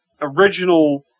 original